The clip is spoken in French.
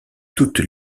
toutes